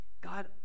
God